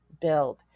build